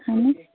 اَہَن حظ